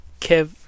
Kev